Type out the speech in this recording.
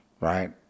right